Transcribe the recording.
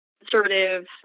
conservative